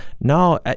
No